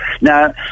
now